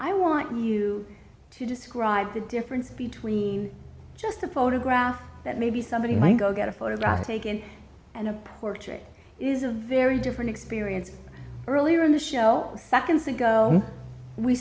i want you to describe the difference between just a photograph that maybe somebody might go get a photograph taken and a portrait is a very different experience earlier in the show seconds ago we